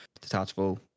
detachable